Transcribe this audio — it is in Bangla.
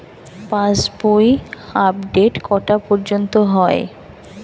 পাশ বই আপডেট কটা পর্যন্ত হয়?